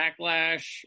backlash